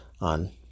on